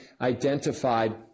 identified